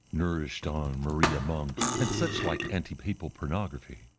nourished on maria monk and suchlike anti-papal pornography,